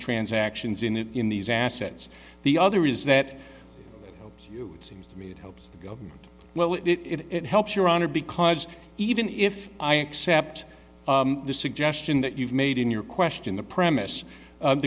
transactions in the in these assets the other is that it seems to me it helps the government well it helps your honor because even if i accept the suggestion that you've made in your question the premise